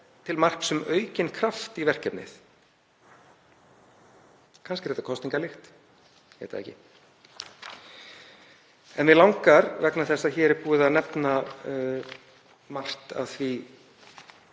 til marks um aukinn kraft í verkefnið. Kannski er þetta kosningalykt, ég veit það ekki. En mig langar, vegna þess að hér er búið að nefna margt af því